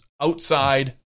outside